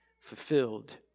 fulfilled